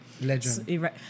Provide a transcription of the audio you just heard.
Legend